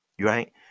Right